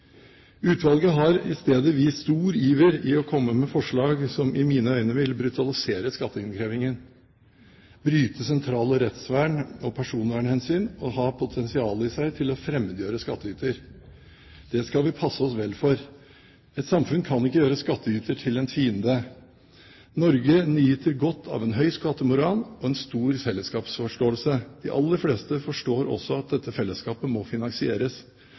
Utvalget har i stedet vist stor iver etter å komme med forslag som i mine øyne vil brutalisere skatteinnkrevingen, bryte sentrale rettsvern- og personvernhensyn og ha potensial i seg til å fremmedgjøre skattyter. Det skal vi passe oss vel for. Et samfunn kan ikke gjøre skattyter til en fiende. Norge nyter godt av en høy skattemoral og en stor fellesskapsforståelse. De aller fleste forstår også at dette fellesskapet må finansieres,